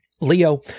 Leo